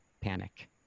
panic